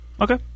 Okay